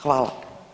Hvala.